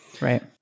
Right